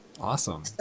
Awesome